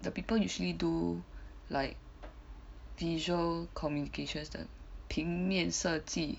the people usually do like visual communications the 平面设计